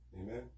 Amen